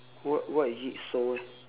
what what is it so